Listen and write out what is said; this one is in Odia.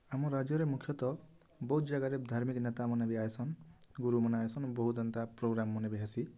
ଆମର୍ ରାଜ୍ୟରେ ମୁଖ୍ୟତଃ ବହୁତ୍ ଜାଗାରେ ଧାର୍ମିକ୍ ନେତାମାନେ ବି ଆଏସନ୍ ଗୁରୁମାନେ ଆଏସନ୍ ବହୁତ୍ ଏନ୍ତା ପ୍ରୋଗ୍ରାମ୍ ମାନେ ବି ହେସି